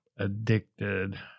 addicted